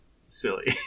Silly